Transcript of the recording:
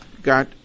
got